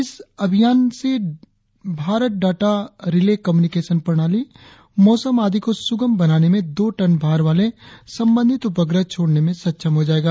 इस अभियान से भारत डाटा रिले कम्यूनिकेशन प्रणाली मौसम आदि को सुगम बनाने में दो टन भार वाले संबंधित उपग्रह छोड़ने में सक्षम हो जाएगा